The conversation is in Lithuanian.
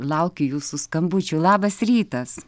laukiu jūsų skambučių labas rytas